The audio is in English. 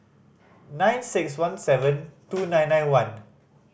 nine six one seven two nine nine one